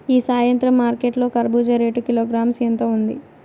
ఈ సాయంత్రం మార్కెట్ లో కర్బూజ రేటు కిలోగ్రామ్స్ ఎంత ఉంది?